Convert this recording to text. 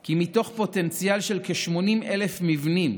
כי מתוך פוטנציאל של כ-80,000 מבנים